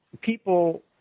people